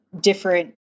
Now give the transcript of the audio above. different